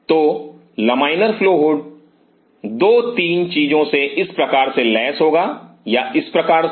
तो laminar flow hood 2 3 चीजों से इस प्रकार लैस होगा या इस प्रकार से